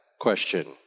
question